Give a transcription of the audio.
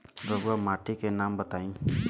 रहुआ माटी के नाम बताई?